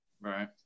Right